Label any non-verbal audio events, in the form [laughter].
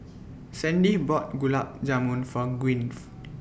Sandie bought Gulab Jamun For Gwyn [noise]